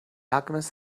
alchemist